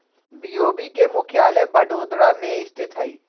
BOB के मुख्यालय बड़ोदरा में स्थित हइ